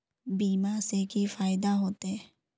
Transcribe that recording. बीमा से की फायदा होते?